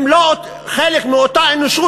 הם לא חלק מאותה אנושות.